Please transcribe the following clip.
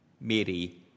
Mary